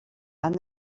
and